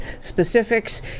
specifics